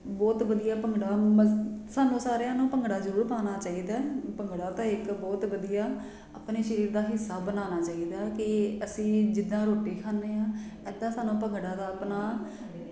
ਬਹੁਤ ਵਧੀਆ ਭੰਗੜਾ ਬਸ ਸਾਨੂੰ ਸਾਰਿਆਂ ਨੂੰ ਭੰਗੜਾ ਜ਼ਰੂਰ ਪਾਉਣਾ ਚਾਹੀਦਾ ਭੰਗੜਾ ਤਾਂ ਇੱਕ ਬਹੁਤ ਵਧੀਆ ਆਪਣੇ ਸਰੀਰ ਦਾ ਹਿੱਸਾ ਬਣਾਉਣਾ ਚਾਹੀਦਾ ਕਿ ਅਸੀਂ ਜਿੱਦਾਂ ਰੋਟੀ ਖਾਂਦੇ ਹਾਂ ਇੱਦਾਂ ਸਾਨੂੰ ਭੰਗੜਾ ਦਾ ਆਪਣਾ